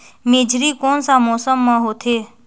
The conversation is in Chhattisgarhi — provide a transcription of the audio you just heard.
मेझरी कोन सा मौसम मां होथे?